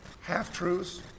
half-truths